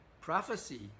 prophecy